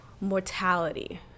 mortality